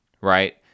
right